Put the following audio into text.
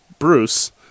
bruce